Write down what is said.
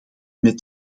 met